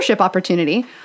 opportunity